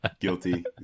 Guilty